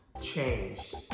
changed